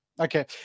okay